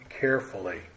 carefully